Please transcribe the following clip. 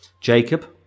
Jacob